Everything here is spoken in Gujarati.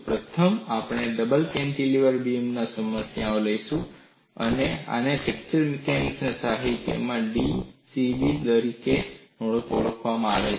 પ્રથમ આપણે ડબલ કેન્ટિલીવર બીમની સમસ્યાને લઈશું અને આને ફ્રેક્ચર મિકેનિક્સ સાહિત્યમાં d c b નમૂના તરીકે પણ ઓળખવામાં આવે છે